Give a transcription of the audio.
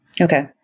Okay